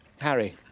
Harry